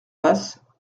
basses